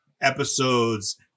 episodes